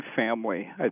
family